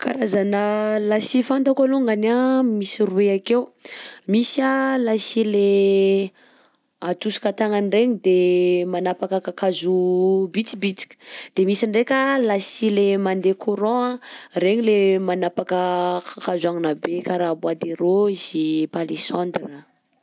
Karazana lasy fantako alongany a misy roy akeo: misy a lasy le atosika tagnana regny de manapaka kakazo bitibitika, de misy ndreka lasy le mandeha courant regny le manapaka kakazo agnona be kara bois de rose, palissandre.